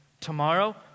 Tomorrow